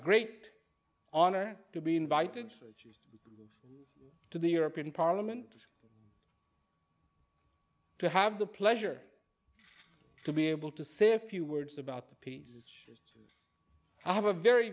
great honor to be invited to the european parliament to have the pleasure to be able to say a few words about the peace i have a very